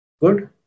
Good